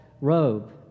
robe